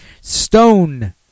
Stone